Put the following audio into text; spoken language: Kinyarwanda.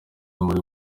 muri